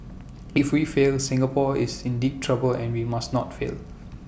if we fail Singapore is in deep trouble and we must not fail